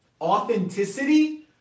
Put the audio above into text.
Authenticity